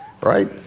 Right